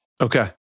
Okay